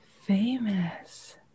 famous